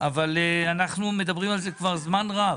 אבל אנחנו מדברים על זה כבר זמן רב.